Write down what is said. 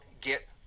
get